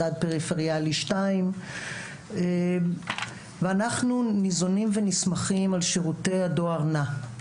מדד פריפריאלי 2. אנחנו ניזונים ונסמכים על שירותי הדואר נע.